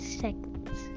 seconds